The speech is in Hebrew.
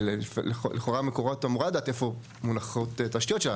אבל לכאורה "מקורות" אמורה לדעת איפה מונחות תשתיות שלה.